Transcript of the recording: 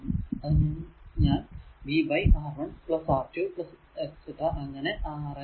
അതിനാൽ ഞാൻ v R1 R2 അങ്ങനെ Rn വരെ